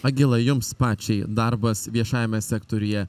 agila jums pačiai darbas viešajame sektoriuje